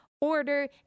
order